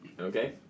okay